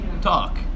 Talk